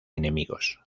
enemigos